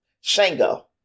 Shango